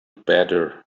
better